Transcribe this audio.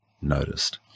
noticed